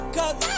Cause